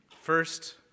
First